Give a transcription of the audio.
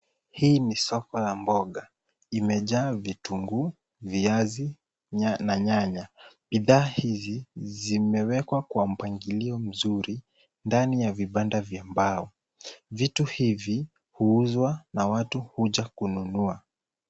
Hii ni soko ya mboga imejaa vitunguu, viazi na nyanya. Bidhaa hizi zimewekwa kwa mpangilio vizuri ndani ya vibanda vya mbao. Vitu hivi huuzwa na watu huja kununua.